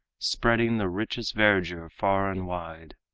spreading the richest verdure far and wide.